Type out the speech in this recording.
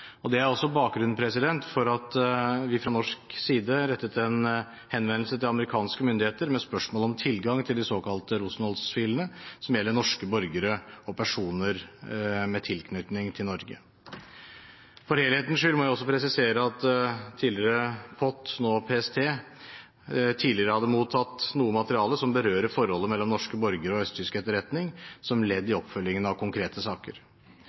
og det er også bakgrunnen for at vi fra norsk side rettet en henvendelse til amerikanske myndigheter med spørsmål om tilgang til de såkalte Rosenholz-filene som gjelder norske borgere og personer med tilknytning til Norge. For helhetens skyld må jeg også presisere at tidligere POT, nå PST, tidligere hadde mottatt noe materiale som berører forholdet mellom norske borgere og østtysk etterretning, som ledd i oppfølgingen av konkrete saker.